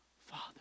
father